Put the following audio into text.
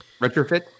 Retrofit